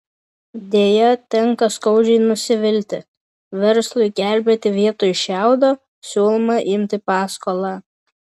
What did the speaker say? deja tenka skaudžiai nusivilti verslui gelbėti vietoj šiaudo siūloma imti paskolą